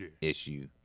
issue